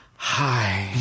Hi